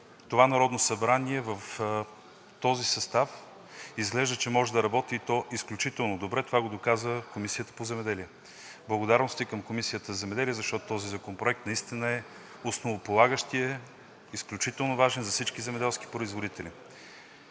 това Народно събрание, в този състав, изглежда, че може да работи, и то изключително добре. Това го доказа Комисията по земеделието. Благодарности към Комисията по земеделието, защото този законопроект наистина е основополагащият, изключително важен за всички земеделски производители.